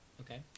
Okay